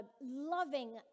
loving